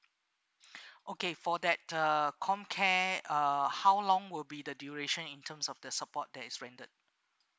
okay for that the com care uh how long would be the duration in terms of the support that is rendered